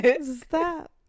Stop